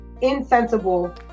insensible